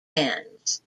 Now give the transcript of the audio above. bands